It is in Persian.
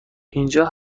اینجا